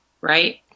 right